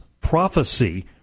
prophecy